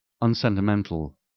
unsentimental